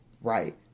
right